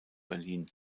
berlin